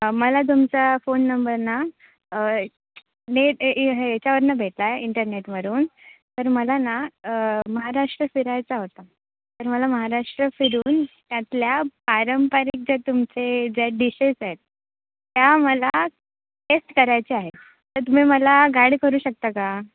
मला तुमचा phone number ना नेट याच्यावरून भेटला आहे इंटरनेटवरून तर मला ना महाराष्ट्र सगळीकडे फिरायचा होता तर मला महाराष्ट्र फिरून त्यातल्या पारंपरिक ज्या तुमचे ज्या डिशेस आहेत त्या मला टेस्ट करायच्या आहेत तर तुम्ही मला गाईड करू शकता का